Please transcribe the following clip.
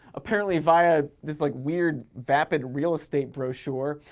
apparently via this, like, weird, vapid real estate brochure.